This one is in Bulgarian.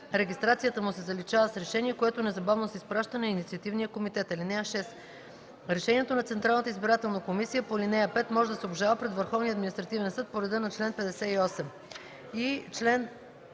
регистрацията му се заличава с решение, което незабавно се изпраща на инициативния комитет. (6) Решението на Централната избирателна комисия по ал. 5 може да се обжалва пред Върховния административен съд по реда на чл. 58.”